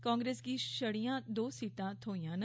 कांग्रेस गी छड़ियां दौं सीटां थ्होईआं न